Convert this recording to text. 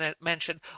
mentioned